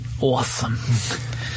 awesome